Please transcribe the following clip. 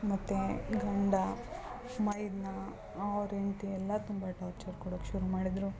ಮತ್ತು ಗಂಡ ಮೈದುನ ಅವ್ರ ಹೆಂಡ್ತಿ ಎಲ್ಲ ತುಂಬ ಟಾರ್ಚರ್ ಕೊಡಕ್ಕೆ ಶುರು ಮಾಡಿದ್ರು